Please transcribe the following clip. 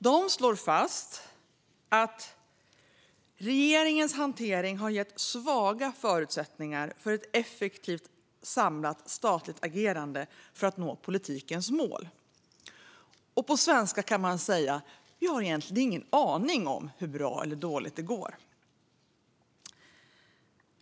Man slår fast att regeringens hantering har gett svaga förutsättningar för ett effektivt och samlat statligt agerande för att nå politikens mål. På svenska kan man säga: Vi har egentligen ingen aning om hur bra eller dåligt det går.